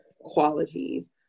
qualities